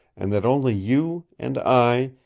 and that only you, and i,